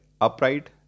upright